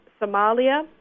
Somalia